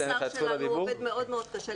יש